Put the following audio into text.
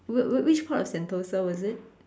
wh~ wh~ which part of Sentosa was it